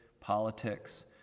politics